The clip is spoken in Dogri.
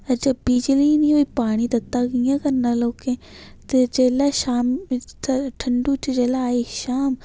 जे बिजली गै नेईं होई पानी तत्ता कि'यां करना लोकें ते जेल्लै शाम्मीं ठंडू च जेल्लै आई शाम